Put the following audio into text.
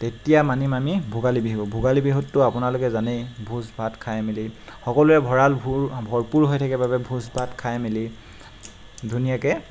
তেতিয়া মানিম আমি ভোগালী বিহু ভোগালী বিহুতটো আপোনালোকে জানেই ভোজ ভাত খাই মেলি সকলোৰে ভঁৰাল ভূৰ ভৰপূৰ হৈ থাকে বাবেই ভোজ ভাত খাই মেলি ধুনীয়াকৈ